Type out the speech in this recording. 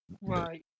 Right